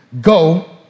go